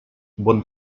bon